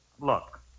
Look